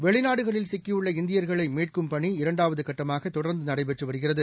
வெளிநாடுகளில் சிக்கியுள்ள இந்தியர்களைமீட்கும் பணி இரண்டாவதுகட்டமாகதொடர்ந்துநடைபெற்றுவருகிறது